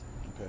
Okay